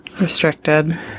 Restricted